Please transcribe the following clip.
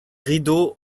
rideau